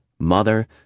mother